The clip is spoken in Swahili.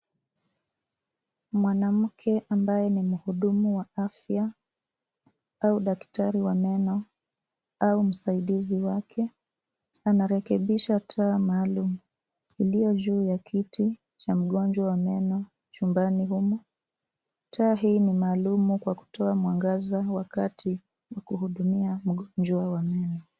Mwanamke ambaye ni mhudumu wa afya au daktari wa meno au msaidizi wake anarekebisha taa maalum iliyo juu ya kiti cha mgonjwa wa meno chumbani humo. Taa hii ni maalumu kwa kutoa mwangaza wakati wa kuhudumia mgonjwa wa meno.